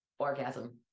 orgasm